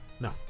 No